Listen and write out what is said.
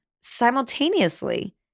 Simultaneously